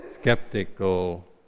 skeptical